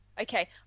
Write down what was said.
Okay